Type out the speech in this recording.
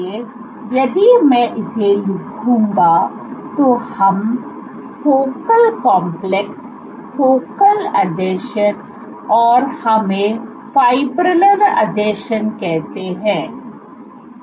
इसलिए यदि मैं इसे लिखूंगा तो हम फोकल कॉम्प्लेक्स फोकल आसंजन और हमें फिब्रिलर आसंजन कहते हैं